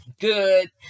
good